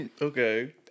Okay